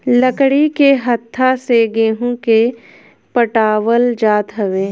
लकड़ी के हत्था से गेंहू के पटावल जात हवे